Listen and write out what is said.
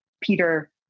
Peter